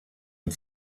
mit